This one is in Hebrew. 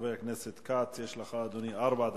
חבר הכנסת כץ, יש לך ארבע דקות.